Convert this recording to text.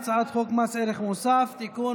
הצעת חוק מס ערך מוסף (תיקון,